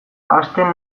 hasten